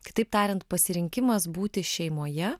kitaip tariant pasirinkimas būti šeimoje